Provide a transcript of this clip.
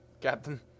Captain